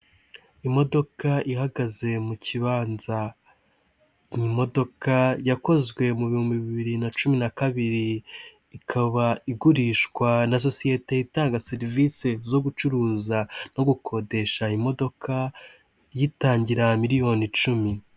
Imodoka ihagaze mu kibanza, n'imodoka yakozwe mu bihumbi bibiri na cumi na kabiri, ikaba igurishwa na sosiyete itanga serivisi zo gucuruza no gukodesha imodoka, iyitangira miliyoni icumi.